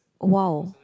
wow